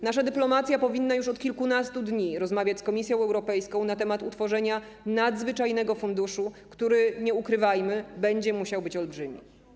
Nasza dyplomacja powinna już od kilkunastu dni rozmawiać z Komisją Europejską na temat utworzenia nadzwyczajnego funduszu, który będzie musiał, nie ukrywajmy, być olbrzymi.